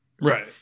Right